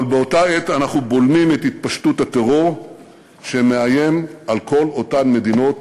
אבל באותה עת אנחנו בולמים את התפשטות הטרור שמאיים על כל אותן מדינות,